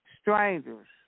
strangers